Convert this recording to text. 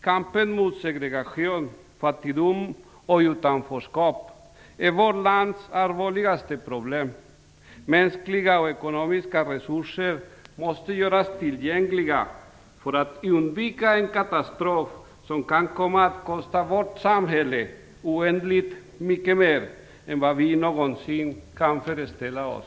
Kampen mot segregation, fattigdom och utanförskap är vårt lands allvarligaste problem. Mänskliga och ekonomiska resurser måste göras tillgängliga för att undvika en katastrof som kan komma att kosta vårt samhälle oändligt mycket mer än vi någonsin kan föreställa oss.